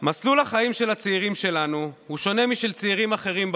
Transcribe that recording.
מסלול החיים של הצעירים שלנו שונה משל צעירים אחרים בעולם.